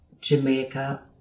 Jamaica